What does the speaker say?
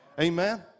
Amen